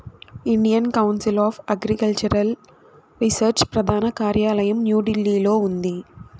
Indian Council of Agricultural Research ప్రధాన కార్యాలయం న్యూఢిల్లీలో ఉంది